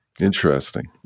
Interesting